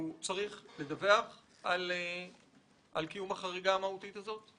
האם הוא צריך לדווח על קיום החריגה המהותית הזאת?